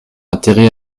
atterrit